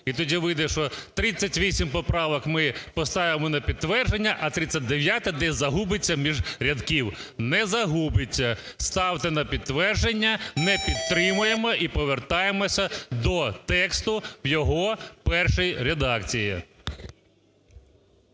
І тоді вийде, що 38 поправок ми поставимо на підтвердження, а 39-а десь загубиться між рядків. Не загубиться. Ставте на підтвердження, не підтримуємо і повертаємось до тексту в його першій редакції.